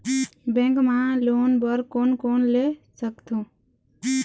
Bank मा loan बर कोन कोन ले सकथों?